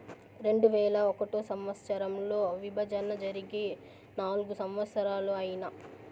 రెండువేల ఒకటో సంవచ్చరంలో విభజన జరిగి నాల్గు సంవత్సరాలు ఐనాయి